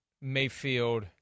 Mayfield